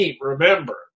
remember